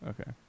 okay